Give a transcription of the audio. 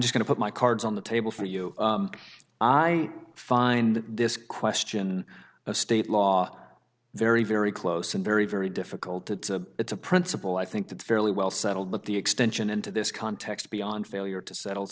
to put my cards on the table for you i find this question a state law very very close and very very difficult it's a it's a principle i think that's fairly well settled but the extension into this context beyond failure to settle